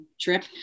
trip